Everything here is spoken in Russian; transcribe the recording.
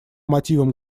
мотивам